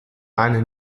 eine